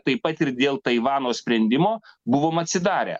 taip pat ir dėl taivano sprendimo buvom atsidarę